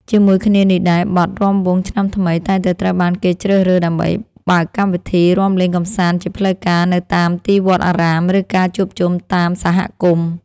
ជាមួយគ្នានេះដែរ បទ រាំវង់ឆ្នាំថ្មី តែងតែត្រូវបានគេជ្រើសរើសដើម្បីបើកកម្មវិធីរាំលេងកម្សាន្តជាផ្លូវការ នៅតាមទីវត្តអារាម ឬការជួបជុំតាមសហគមន៍។